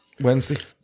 Wednesday